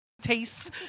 tastes